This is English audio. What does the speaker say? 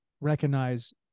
recognize